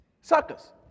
suckers